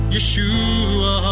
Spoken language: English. Yeshua